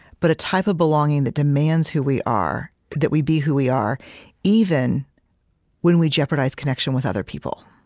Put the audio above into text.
but a type of belonging that demands who we are that we be who we are even when we jeopardize connection with other people,